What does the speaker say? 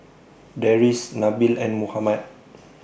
Deris Nabil and Muhammad